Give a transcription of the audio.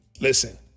listen